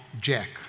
Jack